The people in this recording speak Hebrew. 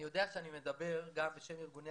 אני יודע שאני מדבר גם בשם ארגוני